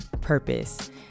purpose